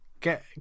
get